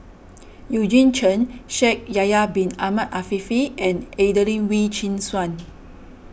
Eugene Chen Shaikh Yahya Bin Ahmed Afifi and Adelene Wee Chin Suan